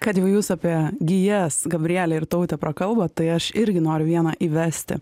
kad jau jūs apie gijas gabriele ir taute prakalbot tai aš irgi noriu vieną įvesti